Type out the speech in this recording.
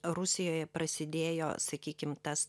rusijoje prasidėjo sakykim tas